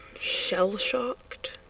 shell-shocked